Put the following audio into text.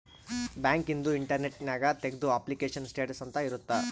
bank ಇಂದು internet ನ್ಯಾಗ ತೆಗ್ದು ಅಪ್ಲಿಕೇಶನ್ ಸ್ಟೇಟಸ್ ಅಂತ ಇರುತ್ತ